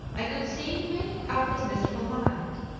i could see him making up his miserable mind.